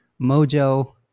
Mojo